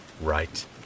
Right